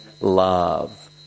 love